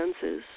senses